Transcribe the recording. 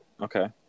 Okay